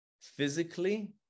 physically